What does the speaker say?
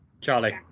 Charlie